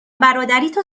برادریتو